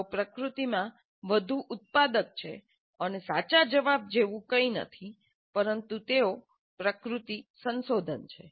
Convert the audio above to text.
તેઓ પ્રકૃતિમાં વધુ ઉત્પાદક છે અને સાચા જવાબ જેવું કંઈ નથી પરંતુ તેઓ પ્રકૃતિ સંશોધન છે